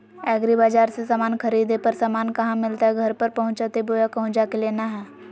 एग्रीबाजार से समान खरीदे पर समान कहा मिलतैय घर पर पहुँचतई बोया कहु जा के लेना है?